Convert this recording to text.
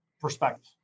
perspective